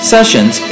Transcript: Sessions